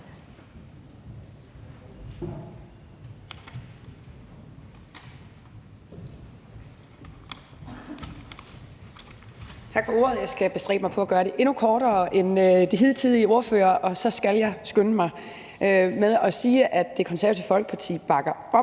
Tak for ordet. Jeg skal bestræbe mig på at gøre det endnu kortere end de hidtidige ordførere, og så skal jeg skynde mig at sige, at Det Konservative Folkeparti bakker op